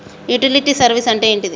Utility service అంటే ఏంటిది?